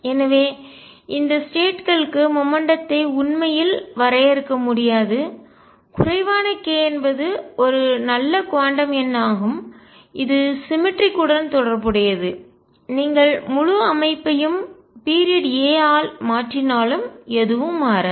எனவே இந்த ஸ்டேட் களுக்கு மொமெண்ட்டம் த்தை உந்தம் உண்மையில் வரையறுக்க முடியாது குறைவான k என்பது ஒரு நல்ல குவாண்டம் எண்ணாகும் இது சிமெட்ரிக் உடன் தொடர்புடையது நீங்கள் முழு அமைப்பையும் பீரியட் a ஆல் காலத்திற்குள் மாற்றினாலும் எதுவும் மாறாது